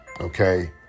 okay